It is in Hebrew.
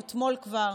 או אתמול כבר: